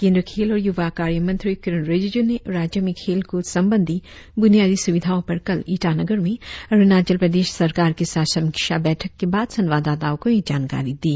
केंद्रीय खेल और यूवा कार्य मंत्री किरेन रिजिज् ने राज्य में खेलकूद संबंधी ब्रनियादी सुविधाओं पर कल ईटानगर में अरुणाचल प्रदेश सरकार के साथ समीक्षा बैठक के बाद संवाददाताओ को यह जानकारी दी